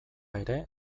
ere